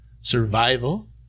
survival